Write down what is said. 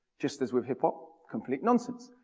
just as with hip hop, complete nonsense.